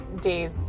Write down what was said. days